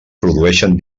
produïxen